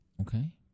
Okay